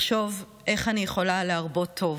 לחשוב איך אני יכולה להרבות טוב,